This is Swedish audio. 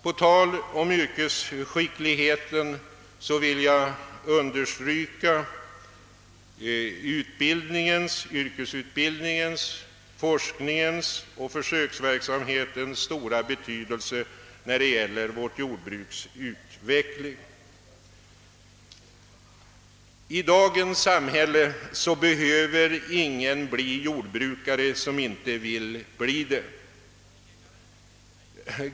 På tal om yrkesskicklighet vill jag understryka yrkesutbildningens, forskningens och försöksverksamhetens stora betydelse när det gäller vårt jordbruks utveckling. I dagens samhälle behöver ingen bli jordbrukare som inte vill bli det.